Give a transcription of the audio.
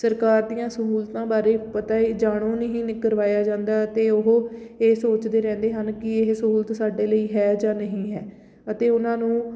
ਸਰਕਾਰ ਦੀਆਂ ਸਹੂਲਤਾਂ ਬਾਰੇ ਪਤਾ ਇਹ ਜਾਣੂ ਨਹੀਂ ਕਰਵਾਇਆ ਜਾਂਦਾ ਅਤੇ ਉਹ ਇਹ ਸੋਚਦੇ ਰਹਿੰਦੇ ਹਨ ਕਿ ਇਹ ਸਹੂਲਤ ਸਾਡੇ ਲਈ ਹੈ ਜਾਂ ਨਹੀਂ ਹੈ ਅਤੇ ਉਹਨਾਂ ਨੂੰ